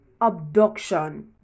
abduction